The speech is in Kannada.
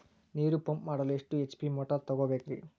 ನೀರು ಪಂಪ್ ಮಾಡಲು ಎಷ್ಟು ಎಚ್.ಪಿ ಮೋಟಾರ್ ತಗೊಬೇಕ್ರಿ?